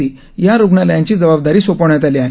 C या रुग्णालयांची जबाबदारी सोपवण्यात आली आहे